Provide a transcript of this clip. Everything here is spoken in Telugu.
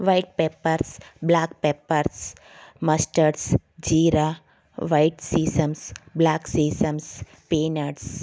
white pepper black pepper mustards jeera white sesame black sesame peanuts